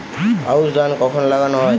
আউশ ধান কখন লাগানো হয়?